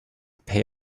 pay